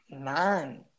Man